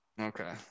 Okay